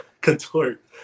contort